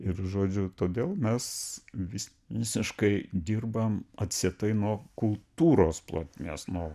ir žodžiu todėl mes vis visiškai dirbam atsietai nuo kultūros plotmės nuo